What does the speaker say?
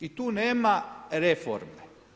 I tu nema reforme.